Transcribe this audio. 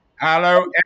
Hello